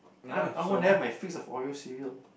I would have my piece of Oreo cereal